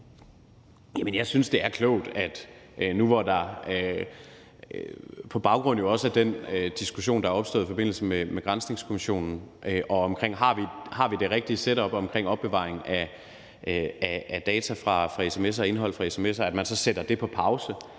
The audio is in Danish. Jeg synes jo, det er klogt, også på baggrund af den diskussion, der er opstået i forbindelse med Granskningskommissionen, og om vi har det rigtige setup omkring opbevaring af data fra sms'er og indhold fra sms'er, at man så sætter det på pause